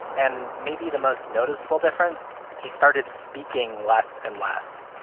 and maybe the most noticeable difference he started speaking less and less.